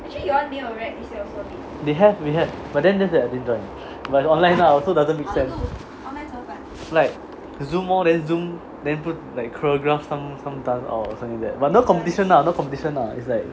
they have we had but then just that I didn't is like online lah also doesn't make sense like zoom lor then zoom then put choreograph some some dance out or something like that